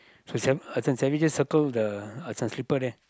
so shall we just circle the uh this one slipper there